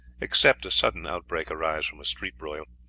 except a sudden outbreak arise from a street broil.